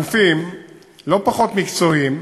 גופים לא פחות מקצועיים,